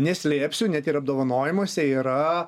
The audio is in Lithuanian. neslėpsiu net ir apdovanojimuose yra